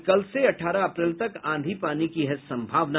और कल से अठारह अप्रैल तक आंधी पानी की है सम्भावना